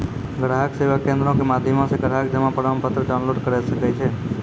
ग्राहक सेवा केंद्रो के माध्यमो से ग्राहक जमा प्रमाणपत्र डाउनलोड करे सकै छै